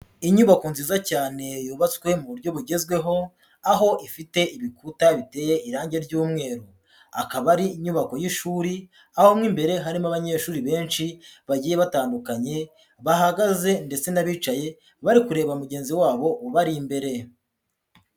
Inyubako nziza cyane yubatswe mu buryo bugezweho, aho ifite ibikuta biteye irangi ry'umweru. Akaba ari inyubako y'ishuri, aho mo imbere harimo abanyeshuri benshi bagiye batandukanye, bahagaze ndetse n'abicaye, bari kureba mugenzi wabo ubari imbere.